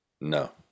No